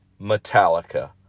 Metallica